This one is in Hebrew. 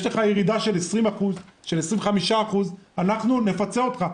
יש לך ירידה של 25% אנחנו נפצה אותך.